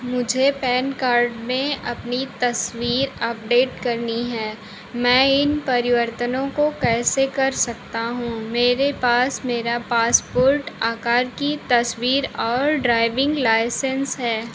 मुझे PAN card में अपनी तस्वीर अपडेट करनी है मैं इन परिवर्तनों को कैसे कर सकता हूँ मेरे पास मेरा पासपोर्ट आकार की तस्वीर और ड्राइविंग लाइसेंस है